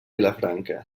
vilafranca